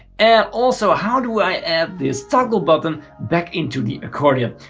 and also how do i add this toggle button back into the accordion?